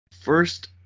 first